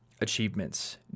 achievements